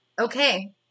Okay